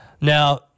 Now